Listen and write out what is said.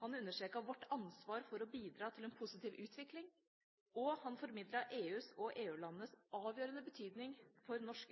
Han understreket vårt ansvar for å bidra til en positiv utvikling, og han formidlet EUs og EU-landenes avgjørende betydning for norsk